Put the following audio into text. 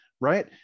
right